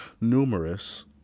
numerous